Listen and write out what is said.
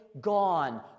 gone